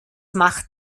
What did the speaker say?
macht